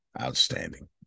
Outstanding